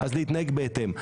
להתנהג בהתאם.